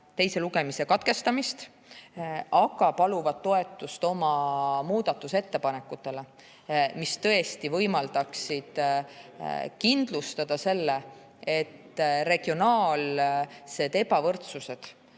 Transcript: teise lugemise katkestamist, aga paluvad toetust oma muudatusettepanekutele, mis tõesti võimaldaksid kindlustada, et regionaalsed ebavõrdsused